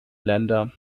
länder